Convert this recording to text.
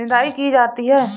निदाई की जाती है?